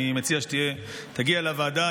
אני מציע שתגיע לוועדה.